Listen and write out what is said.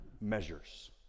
measures